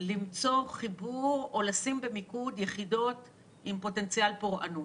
למצוא חיבור או לשים במיקוד יחידות עם פוטנציאל פורענות.